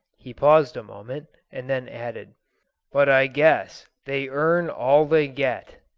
he paused a moment, and then added but i guess they earn all they get.